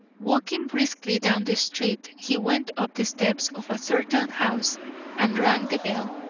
walking briskly down the street, he went up the steps of a certain house and rang the bell.